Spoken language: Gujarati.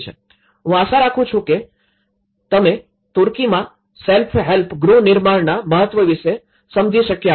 હું આશા રાખું છું કે તમે તુર્કીમાં સેલ્ફ હેલ્પ ગૃહ નિર્માણના મહત્વ વિશે સમજી શક્યા હશો